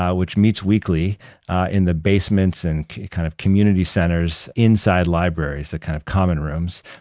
ah which meets weekly in the basements and kind of community centers inside libraries, they're kind of common rooms.